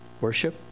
Worship